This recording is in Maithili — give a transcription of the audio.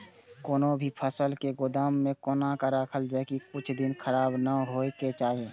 कोनो भी फसल के गोदाम में कोना राखल जाय की कुछ दिन खराब ने होय के चाही?